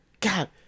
God